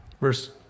Verse